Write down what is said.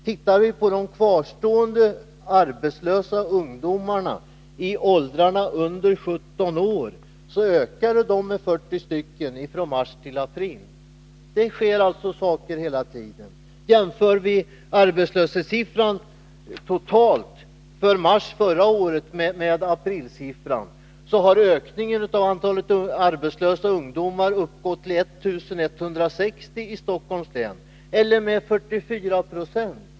Antalet kvarstående arbetslösa i åldrarna under 17 år ökade med 40 från mars till april. Det sker alltså saker hela tiden. Jämför vi arbetslöshetssiffran totalt för mars förra året med aprilsiffran, finner vi att ökningen av antalet arbetslösa ungdomar uppgått till 1160 i Stockholms län eller 44 90.